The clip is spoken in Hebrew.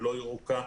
לא ירוקה.